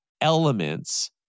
elements